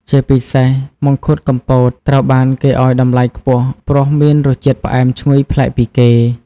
ជាពិសេស មង្ឃុតកំពត ត្រូវបានគេឲ្យតម្លៃខ្ពស់ព្រោះមានរសជាតិផ្អែមឈ្ងុយប្លែកពីគេ។